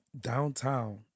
downtown